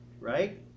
right